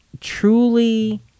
truly